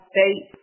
State